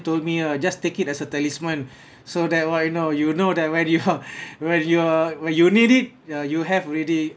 told me ah just take it as a talisman so that right now you will know that when you are when you are when you need it ya you have already